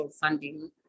funding